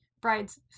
brides